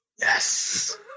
Yes